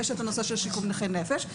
ויש את הנושא של שיקום נכי נפש.